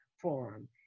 Forum